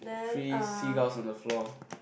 three seagulls on the floor